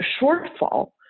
shortfall